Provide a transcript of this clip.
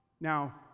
Now